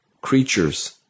creatures